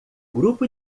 grupo